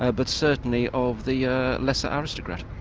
ah but certainly of the lesser aristocrat.